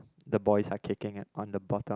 the boys are kicking at on the bottom